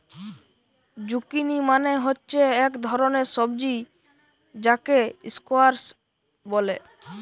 zucchini মানে হচ্ছে এক ধরণের সবজি যাকে স্কোয়াস বলে